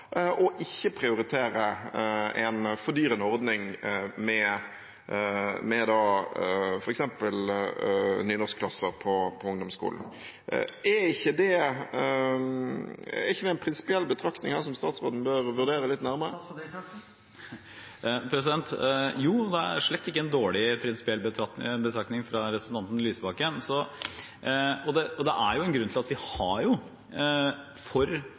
ikke å prioritere en fordyrende ordning med f.eks. nynorskklasser på ungdomsskolen. Er ikke det en prinsipiell betraktning som statsråden bør vurdere nærmere? Det er slett ikke en dårlig prinsipiell betraktning fra representanten Lysbakken. Det er en grunn til at for språket og i språkpolitikken har